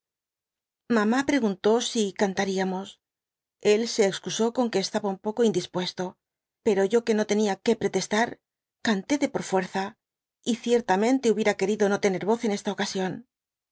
mamá preguntó si cantaríamos ü se excusó con que estaba un poco indispuesto pero yo que no tenia que pretestar canté de por fuerza y ciertamente hubiera querido no tener voz en esta ocasión